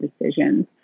decisions